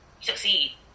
succeed